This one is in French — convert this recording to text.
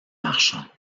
marchands